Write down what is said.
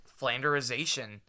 flanderization